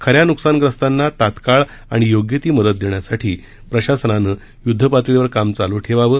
खऱ्या नुकसानग्रस्तांना तात्काळ आणि योग्य ती मदत देण्यासाठी प्रशासनानं युद्धपातळीवर काम चालू ठेवावं